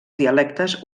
dialectes